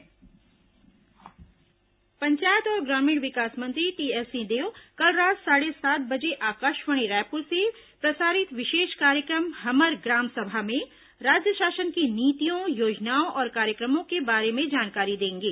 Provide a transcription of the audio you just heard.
हमर ग्राम सभा पंचायत और ग्रामीण विकास मंत्री टीएस सिंहदेव कल रात साढ़े सात बजे आकाशवाणी रायपुर से प्रसारित विशेष कार्य क्र म हमर ग्राम सभा में राज्य शासन की नीतियों योजनाओं और कार्य क्र मों के बारे में जानकारी देंगे